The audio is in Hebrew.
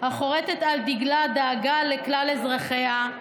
החורתת על דגלה דאגה לכלל אזרחיה,